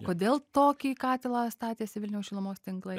kodėl tokį katilą statėsi vilniaus šilumos tinklai